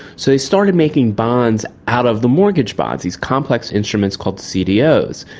so they started making bonds out of the mortgage bonds, these complex instruments called cdos.